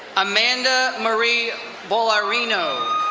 amanda marie bullareno,